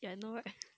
ya I know right